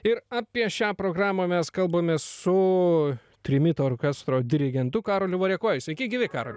ir apie šią programą mes kalbame su trimito orkestro dirigentu karoliu variakoju sveiki gyvi karoli